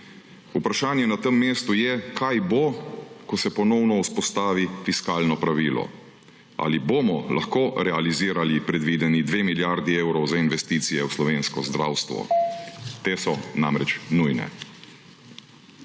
Vprašanje na tem mestu je, kaj bo, ko se ponovno vzpostavi fiskalno pravilo. Ali bomo lahko realizirali predvideni dve milijardi evrov za investicije v slovensko zdravstvo? Te so namreč nujne.